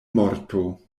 morto